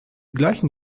gleichen